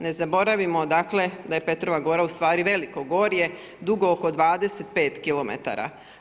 Ne zaboravimo dakle da je Petrova gora u stvari veliko gorje dugo oko 25 km.